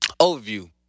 Overview